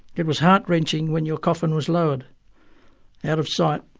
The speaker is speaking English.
it was heart-wrenching when your coffin was lowered out of sight,